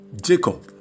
Jacob